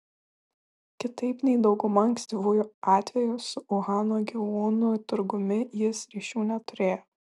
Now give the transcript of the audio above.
kitaip nei dauguma ankstyvųjų atvejų su uhano gyvūnų turgumi jis ryšių neturėjo